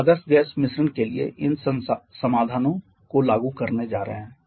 हम आदर्श गैस मिश्रण के लिए इन समाधानों को लागू करने जा रहे हैं